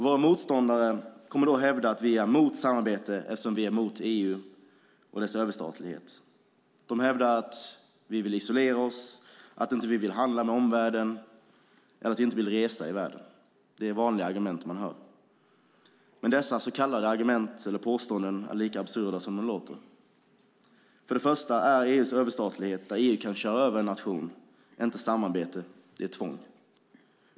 Våra motståndare kommer då att hävda att vi är emot samarbete eftersom vi är emot EU och dess överstatlighet. De hävdar att vi vill isolera oss, att vi inte vill handla med omvärlden eller att vi inte vill resa i världen. Det är de vanliga argumenten man hör. Men dessa så kallade argument eller påståenden är lika absurda som de låter. För det första är EU:s överstatlighet, där EU kan köra över en nation, inte samarbete. Det är tvång.